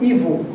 Evil